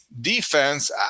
defense